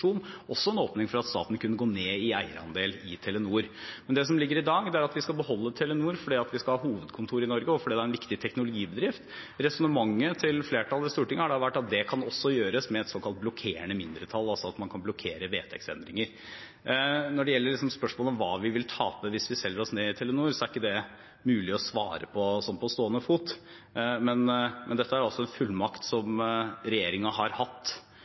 også en åpning for at staten kunne gå ned i eierandel i Telenor. Det som ligger i dag, er at vi skal beholde Telenor fordi vi skal ha hovedkontor i Norge, og fordi det er en viktig teknologibedrift. Resonnementet til flertallet i Stortinget har da vært at det kan også gjøres med et såkalt blokkerende mindretall, altså at man kan blokkere vedtektsendringer. Når det gjelder spørsmålet om hva vi vil tape hvis vi selger oss ned i Telenor, er det ikke mulig å svare på sånn på stående fot, men dette er en fullmakt som regjeringen har hatt